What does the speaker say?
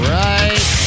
right